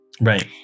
Right